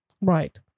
Right